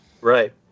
Right